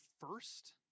first